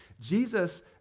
Jesus